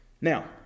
Now